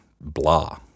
blah